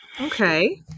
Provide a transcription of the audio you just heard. Okay